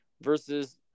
versus